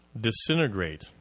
disintegrate